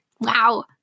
Wow